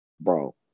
bro